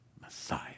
Messiah